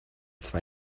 zwei